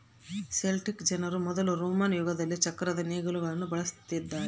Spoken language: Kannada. ಸೆಲ್ಟಿಕ್ ಜನರು ಮೊದಲು ರೋಮನ್ ಯುಗದಲ್ಲಿ ಚಕ್ರದ ನೇಗಿಲುಗುಳ್ನ ಬಳಸಿದ್ದಾರೆ